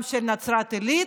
גם של נצרת עילית,